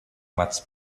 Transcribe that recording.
much